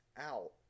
out